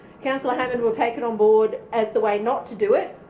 councillor hammond will take it on board as the way not to do it.